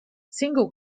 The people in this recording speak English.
single